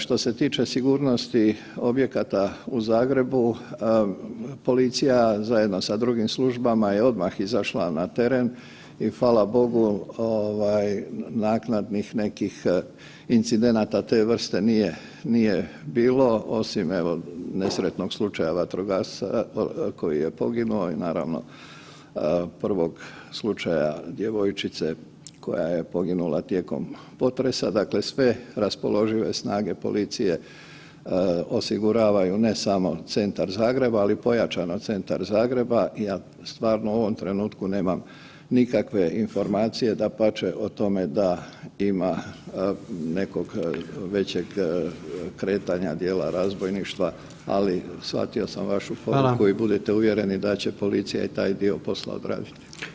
Što se tiče sigurnosti objekata u Zagrebu, policija zajedno sa drugim službama je odmah izašla na teren i hvala Bogu naknadnih nekih incidenata te vrste nije, nije bilo osim evo nesretnog slučaja vatrogasca koji je poginuo i naravno prvog slučaja djevojčice koja je poginula tijekom potresa, dakle sve raspoložive snage policije osiguravaju ne samo centar Zagreba, ali pojačano centar Zagreba i ja stvarno u ovom trenutku nemam nikakve informacije dapače o tome da ima nekog većeg kretanja dijela razbojništva, ali shvatio sam vašu poruku [[Upadica: Hvala.]] i budite uvjereni da će policija i taj dio posla odraditi.